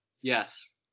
Yes